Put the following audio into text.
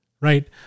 right